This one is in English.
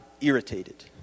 irritated